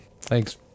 Thanks